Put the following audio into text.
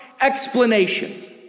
explanations